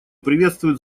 приветствует